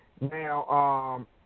Now